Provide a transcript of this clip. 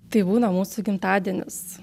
tai būna mūsų gimtadienis